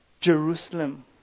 Jerusalem